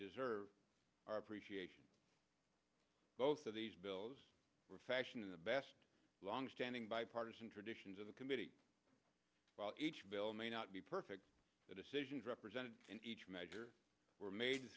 deserve our appreciation both of these bills profession in the best long standing bipartisan traditions of the committee each bill may not be perfect the decisions represented in each major were made